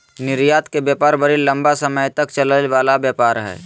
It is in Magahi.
निर्यात के व्यापार बड़ी लम्बा समय तक चलय वला व्यापार हइ